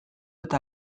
eta